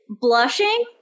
blushing